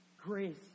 grace